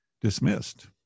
dismissed